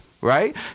Right